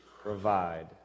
provide